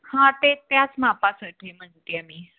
हां ते त्याच मापासाठी म्हणते आहे मी